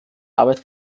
arbeit